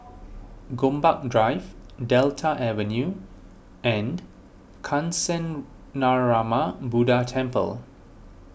Gombak Drive Delta Avenue and Kancanarama Buddha Temple